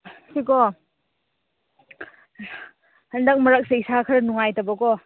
ꯑꯩꯁꯦꯀꯣ ꯍꯟꯗꯛ ꯃꯔꯛꯁꯦ ꯏꯁꯥ ꯈꯔ ꯅꯨꯡꯉꯥꯏꯇꯕꯀꯣ